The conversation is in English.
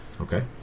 Okay